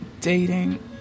dating